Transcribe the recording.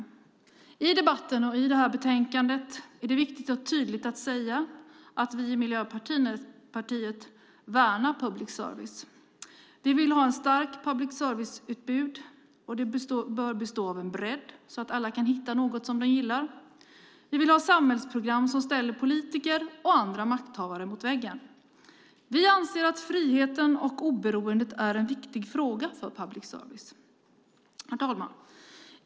Utifrån debatterna och det här betänkandet är det viktigt att tydligt säga att vi i Miljöpartiet värnar public service. Vi vill ha ett starkt public service-utbud och det bör ha en bredd så att alla kan hitta något som de gillar. Vi vill ha samhällsprogram som ställer politiker och andra makthavare mot väggen. Vi anser att friheten och oberoendet är en viktig fråga för public service. Herr talman!